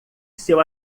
seu